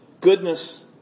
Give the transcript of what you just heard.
Goodness